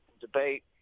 debate